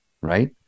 right